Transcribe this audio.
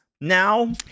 Now